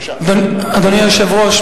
אדוני היושב-ראש,